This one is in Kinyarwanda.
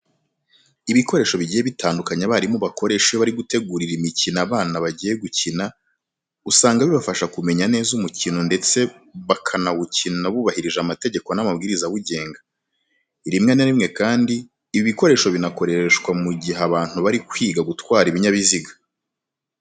Ibikoresho bigiye bitandukanye abarimu bakoresha iyo bari gutegura imikino abana bagiye gukina usanga bibafasha kumenya neza umukino ndetse bakanawukina bubahirije amategeko n'amabwiriza awugenga. Rimwe na rimwe kandi ibi bikoresho binakoreshwa mu igihe abantu bari kwiga gutwara ibinyabiziga.